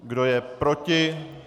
Kdo je proti?